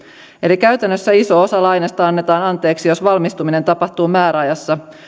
eli käytännössä iso osa lainasta annetaan anteeksi jos valmistuminen tapahtuu määräajassa